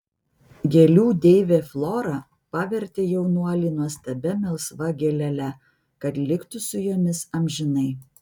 gėlių deivė flora pavertė jaunuolį nuostabia melsva gėlele kad liktų su jomis amžinai